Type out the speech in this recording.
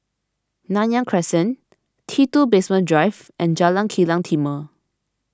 Nanyang Crescent T two Basement Drive and Jalan Kilang Timor